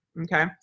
Okay